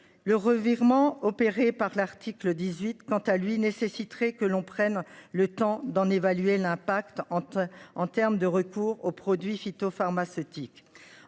Le revirement opéré par l'article 18, quant à lui nécessiterait que l'on prenne le temps d'en évaluer l'impact en en terme de recours aux produits phytopharmaceutiques.